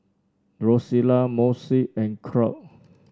Rosella Moshe and Claud